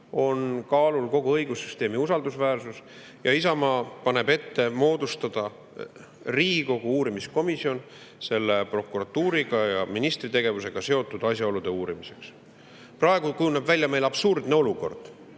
on kaalul kogu õigussüsteemi usaldusväärsus. Isamaa paneb ette moodustada Riigikogu uurimiskomisjon prokuratuuri ja ministri tegevusega seotud asjaolude uurimiseks. Praegu kujuneb välja absurdne olukord,